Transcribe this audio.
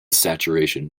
saturation